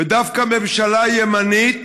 ודווקא ממשלה ימנית